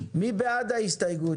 מי נגד?